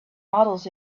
models